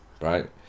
Right